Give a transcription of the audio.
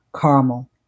caramel